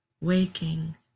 waking